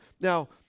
Now